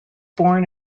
born